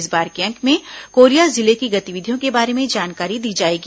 इस बार के अंक में कोरिया जिले की गतिविधियों के बारे में जानकारी दी जाएगी